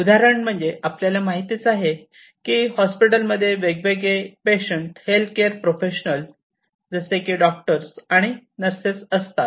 उदाहरण म्हणजे आपल्याला माहितीच आहे की हॉस्पिटलमध्ये वेगवेगळे पेशंट हेल्थकेअर प्रोफेशनल जसे की डॉक्टर्स आणि नर्सेस असतात